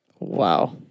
Wow